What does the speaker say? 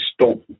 stolen